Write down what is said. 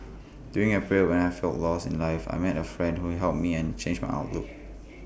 during A period when I felt lost in life I met A friend who helped me and changed my outlook